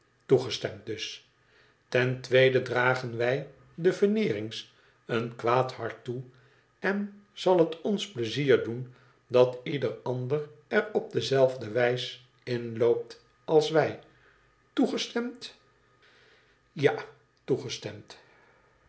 toegestemd dus ten tweede dragen wij de veneerings een kwaad hart toe en zal het ons pleizier doen dat ieder ander er op dezelfde wijs in loopt ab wij toegestemd ja toegestemd